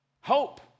hope